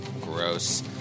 Gross